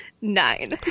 Nine